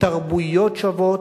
מתרבויות שוות.